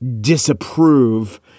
disapprove